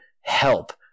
help